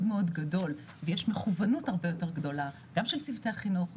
גדול ויש מכוונות הרבה יותר גדולה גם של צוותי החינוך,